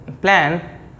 plan